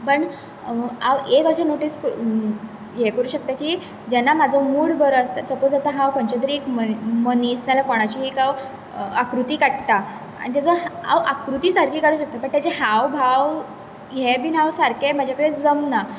पूण हांव एक अशें नोटीस करूं शकता की जेन्ना म्हजो मूड बरो आसता सपोज आतां हांव खंयचो तरी मनीस ना जाल्यार कोणाची एक हांव आकृती काडटां आनी तेजो हांव आकृती सारकी काडूंक शकता बट तेजे हाव भाव हे बी सारके म्हजे कडेन जमना